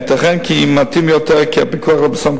ייתכן שמתאים יותר שהפיקוח על הפרסומת,